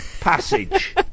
passage